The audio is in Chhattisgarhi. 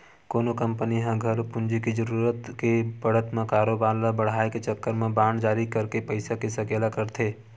कोनो कंपनी ह घलो पूंजी के जरुरत के पड़त म कारोबार ल बड़हाय के चक्कर म बांड जारी करके पइसा के सकेला करथे